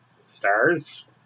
stars